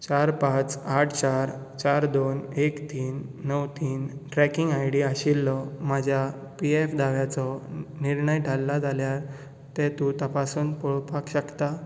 चार पांच आठ चार चार दोन एक तीन णव तीन ट्रॅकिंग आयडी आशिल्लो म्हज्या पीएफ दाव्याचो निर्णय थरला जाल्यार तें तूं तपासून पळोवपाक शकता